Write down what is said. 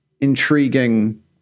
intriguing